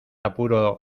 apuro